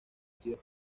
ácidos